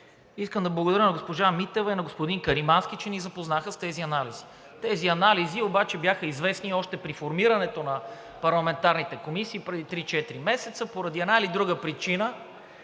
Искам да благодаря на госпожа Митева и на господин Каримански, че ни запознаха с тези анализи. Тези анализи обаче бяха известни още при формирането на парламентарните комисии преди три – четири месеца. Поради една или друга причина